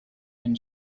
and